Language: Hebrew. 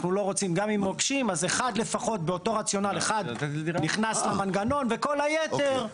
אנחנו לא רוצים, אחד נכנס למנגנון וכל היתר.